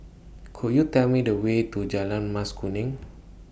Could YOU Tell Me The Way to Jalan Mas Kuning